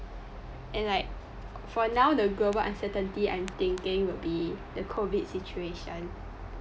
and like for now the global uncertainty i'm thinking would be the COVID situation